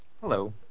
hello